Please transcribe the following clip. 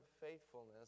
faithfulness